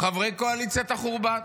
חברי קואליציית החורבן.